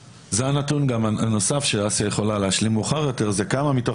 הנתון הנוסף שאסיה יכולה להשלים מאוחר יותר זה כמה מתוך